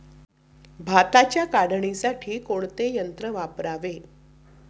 भाताच्या काढणीसाठी कोणते यंत्र वापरावे?